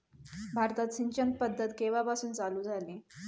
भारतात सिंचन पद्धत केवापासून चालू झाली?